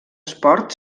esport